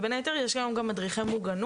ובין היתר יש היום גם מדרכי מוגנות.